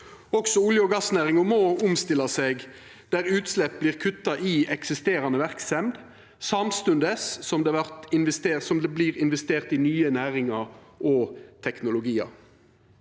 Også olje- og gassnæringa må omstilla seg, der utslepp vert kutta i eksisterande verksemd sam stundes som det vert investert i nye næringar og teknologiar.